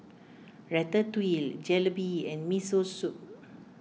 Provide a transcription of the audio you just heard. Ratatouille Jalebi and Miso Soup